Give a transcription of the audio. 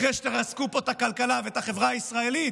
אחרי שתרסקו פה את הכלכלה ואת החברה הישראלית,